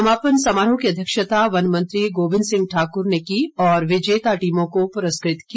समापन समारोह की अध्यक्षता वन मंत्री गोविंद सिंह ठाकुर ने की और विजेता टीमों को पुरस्कृत किया